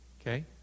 Okay